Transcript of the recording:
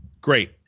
Great